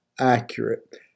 accurate